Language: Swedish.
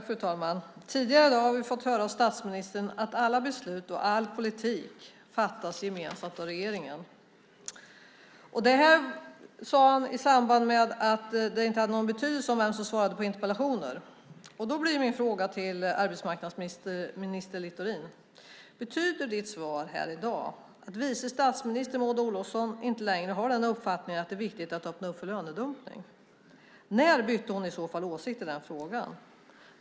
Fru talman! Tidigare i dag har vi fått höra av statsministern att alla beslut och all politik fattas gemensamt av regeringen. Detta sade han i samband med att det inte hade någon betydelse vem som svarade på interpellationer. Då blir min fråga till arbetsmarknadsminister Littorin: Betyder ditt svar här i dag att vice statsminister Maud Olofsson inte längre har uppfattningen att det är viktigt att öppna för lönedumpning? När bytte hon i så fall åsikt i den frågan?